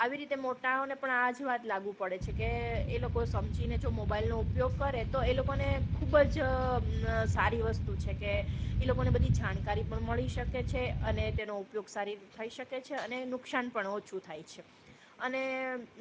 આવી રીતે મોટાઓને પણ આ જ વાત લાગુ પડે છે કે એ લોકો સમજીને જો મોબાઈલનો ઉપયોગ કરે તો એ લોકોને ખૂબ જ સારી વસ્તુ છે કે એ લોકોને બધી જાણકારી મળી શકે છે અને તેનો ઉપયોગ સારી રીતે થઈ શકે છે અને નુકશાન પણ ઓછું થાય છે અને